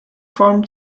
farm